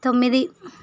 తొమ్మిది